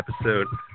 episode